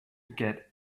get